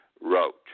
wrote